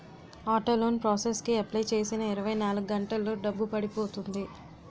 auto loan process కి apply చేసిన ఇరవై నాలుగు గంటల్లో డబ్బు పడిపోతుంది